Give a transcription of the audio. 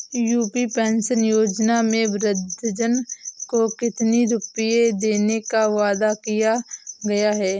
UP pension योजना में वृद्धजन को कितनी रूपये देने का वादा किया गया है?